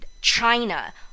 China